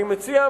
אני מציע,